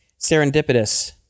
serendipitous